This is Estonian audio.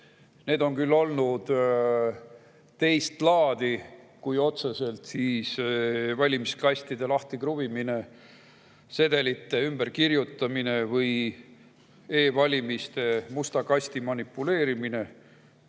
Need on küll olnud teist laadi [rikkumised] kui otseselt valimiskastide lahtikruvimine, sedelite ümberkirjutamine või e-valimiste musta kastiga manipuleerimine.